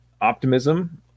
optimism